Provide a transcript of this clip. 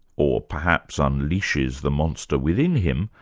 or perhaps unleashes the monster within him,